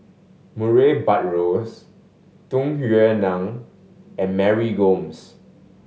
Murray Buttrose Tung Yue Nang and Mary Gomes